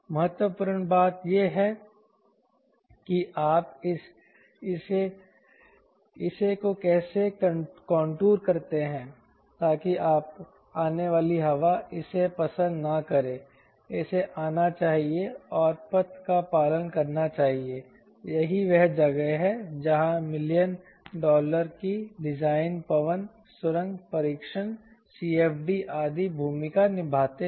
महत्वपूर्ण बात यह है कि आप इस हिस्से को कैसे कंटूर करते हैं ताकि आने वाली हवा इसे पसंद न करें इसे आना चाहिए और पथ का पालन करना चाहिए यही वह जगह है जहां मिलियन डॉलर की डिज़ाइन पवन सुरंग परीक्षण CFD आदि भूमिका निभाते हैं